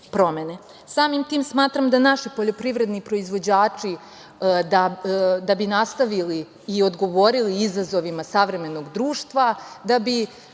tim smatram da naši poljoprivredni proizvođači, da bi nastavili i odgovorili izazovima savremenog društva, da bi